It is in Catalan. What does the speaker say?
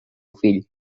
fill